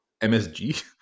msg